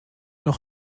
noch